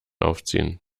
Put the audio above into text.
aufziehen